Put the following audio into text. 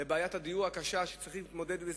לבעיית הדיור הקשה שצריכים להתמודד אתה